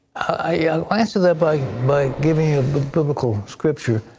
i answer that by by giving ah but biblical scripture.